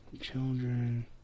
Children